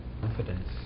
confidence